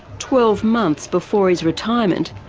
twelve months before his retirement,